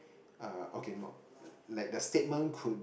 uh okay no like the statement could